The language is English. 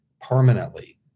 permanently